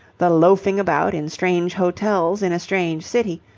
the loafing about in strange hotels in a strange city,